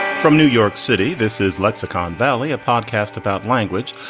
from new york city, this is lexicon valley, a podcast about language.